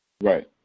Right